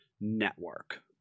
network